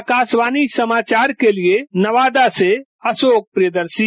आकाशवाणी समाचार के लिए नवादा से अशोक प्रियदर्शी